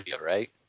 right